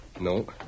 No